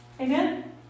Amen